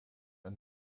een